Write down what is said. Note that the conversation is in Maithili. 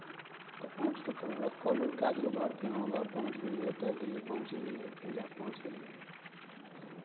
ओतय पहुँचि कऽ तकर बाद कॉल उल कए देलहुँ घर कि हँ घर पहुँच गेलियै एतय दिल्ली पहुँच गेलियै पंजाब पहुँच गेलियै